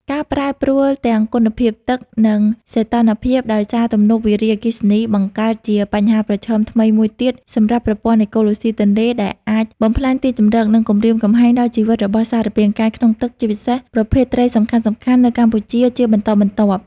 ការប្រែប្រួលទាំងគុណភាពទឹក និងសីតុណ្ហភាពដោយសារទំនប់វារីអគ្គិសនី បង្កើតជាបញ្ហាប្រឈមថ្មីមួយទៀតសម្រាប់ប្រព័ន្ធអេកូឡូស៊ីទន្លេ ដែលអាចបំផ្លាញទីជម្រក និងគំរាមកំហែងដល់ជីវិតរបស់សារពាង្គកាយក្នុងទឹក ជាពិសេសប្រភេទត្រីសំខាន់ៗនៅកម្ពុជាជាបន្តបន្ទាប់។